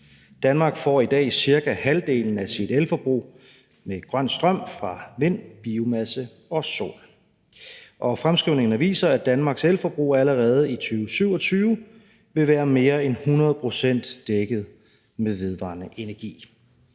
Danmark får i dag dækket cirka halvdelen af sit elforbrug med grøn strøm fra vind, biomasse og sol, og fremskrivningerne viser, at Danmarks elforbrug allerede i 2027 vil være mere end 100 pct. dækket med vedvarende energi.